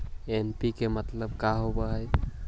NPK मतलब का होव हइ?